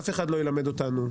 אף אחד לא ילמד אותנו,